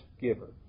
giver